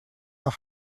are